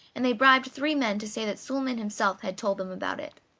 and they bribed three men to say that suliman himself had told them about it.